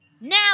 Now